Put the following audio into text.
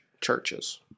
churches